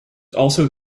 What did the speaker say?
also